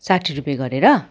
साठी रुपियाँ गरेर